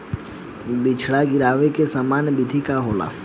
बिचड़ा गिरावे के सामान्य विधि का होला?